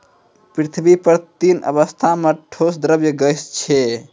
पृथ्वी पर तीन अवस्था म ठोस, द्रव्य, गैस छै